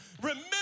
Remember